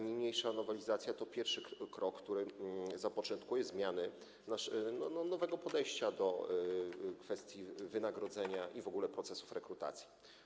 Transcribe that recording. Niniejsza nowelizacja to pierwszy krok, który zapoczątkuje zmiany nowego podejścia do kwestii wynagrodzenia i w ogóle do procesów rekrutacji.